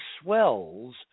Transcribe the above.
swells